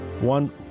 one